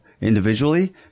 individually